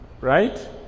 right